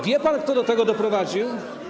Wie pan, kto do tego doprowadził?